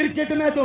ah gentlemen,